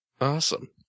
Awesome